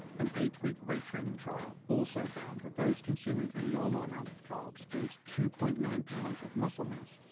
an eight-week weight-training trial also found that those consuming a normal amount of carbs gained two point nine pounds of muscle mass,